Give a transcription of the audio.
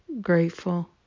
grateful